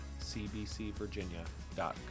cbcvirginia.com